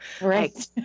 right